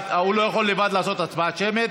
הוא לא יכול לבד לעשות הצבעה שמית,